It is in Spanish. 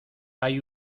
hay